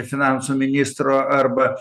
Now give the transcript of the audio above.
finansų ministro arba